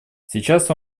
сейчас